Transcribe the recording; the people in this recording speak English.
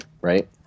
right